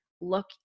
look